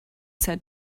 said